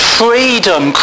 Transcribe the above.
freedom